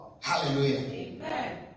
Hallelujah